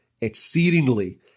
exceedingly